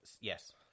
Yes